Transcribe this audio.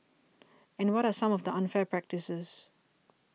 and what are some of the unfair practices